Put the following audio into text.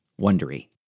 wondery